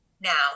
now